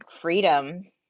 freedom